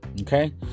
Okay